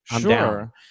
Sure